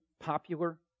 popular